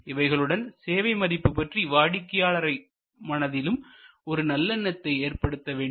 இவைகளுடன் சேவை மதிப்பு பற்றி வாடிக்கையாளர் மனதிலும் ஒரு நல்லெண்ணத்தை ஏற்படுத்த வேண்டும்